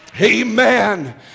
Amen